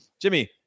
jimmy